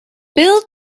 bill